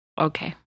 Okay